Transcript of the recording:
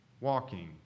walking